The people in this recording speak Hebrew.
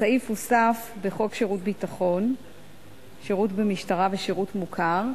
הסעיף הוסף בחוק שירות ביטחון (שירות במשטרה ושירות מוכר)